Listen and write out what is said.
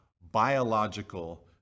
biological